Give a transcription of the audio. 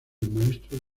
maestro